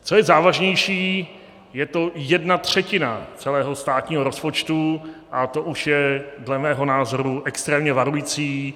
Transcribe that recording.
Co je závažnější, je to jedna třetina celého státního rozpočtu a to už je dle mého názoru extrémně varující.